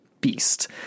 beast